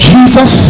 Jesus